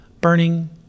burning